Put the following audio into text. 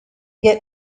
get